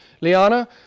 Liana